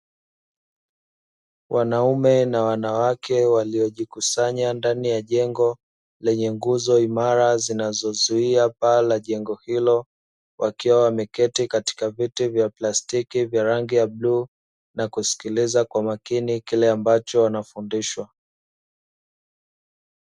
Wanaume na wanawake waliojikusanya ndani ya jengo lenye nguzo imara zinazozuia paa la jengo hilo, wakiwa wameketi katika viti vya plastiki vya rangi ya bluu na kusikiliza kwa makini kile ambacho wanafundishwa.